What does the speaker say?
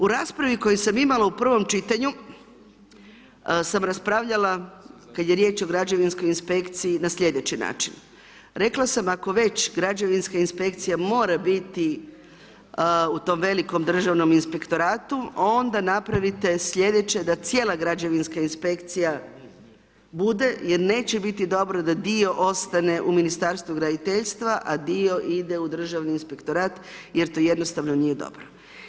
U raspravi koju sam imala u prvom čitanju, sam raspravljala kada je riječ o građevinskoj inspekciji na slijedeći način, rekla sam ako već građevinska inspekcija mora biti u tom velikom Državnom inspektoratu, onda napravite slijedeće da cijela građevinska inspekcija bude jer neće biti dobro da dio ostane u Ministarstvu graditeljstva, a dio ide u Državni inspektorat jer to jednostavno nije dobro.